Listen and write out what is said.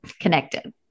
connected